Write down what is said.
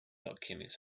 alchemist